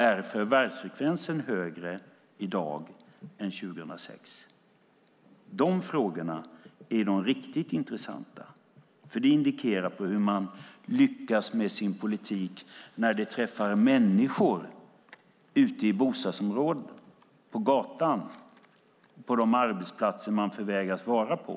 Är förvärvsfrekvensen högre i dag än 2006? De frågorna är de riktigt intressanta. Det indikerar nämligen hur man lyckas med sin politik, när den träffar människor ute i bostadsområden, på gatan och på de arbetsplatser som de förvägras vara på.